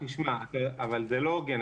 תשמע, זה לא הוגן.